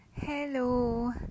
Hello